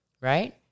Right